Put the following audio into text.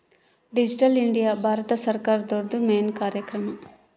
digital India Bharat ಸರ್ಕಾರ್ದೊರ್ದು main ಕಾರ್ಯಕ್ರಮ